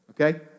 Okay